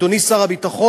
אדוני שר הביטחון,